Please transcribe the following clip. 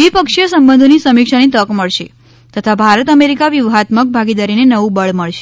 દ્વિપક્ષીય સંબંધોની સમીક્ષાની તક મળશે તથા ભારત અમેરિકા વ્યુહાત્મક ભાગીદારીને નવું બળ મળશે